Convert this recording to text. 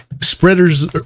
spreaders